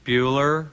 Bueller